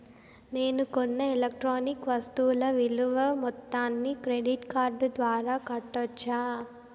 నేను కొన్న ఎలక్ట్రానిక్ వస్తువుల విలువ మొత్తాన్ని క్రెడిట్ కార్డు ద్వారా కట్టొచ్చా?